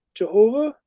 Jehovah